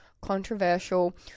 controversial